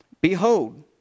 Behold